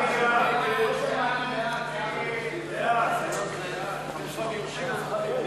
ש"ס לסעיף 4 לא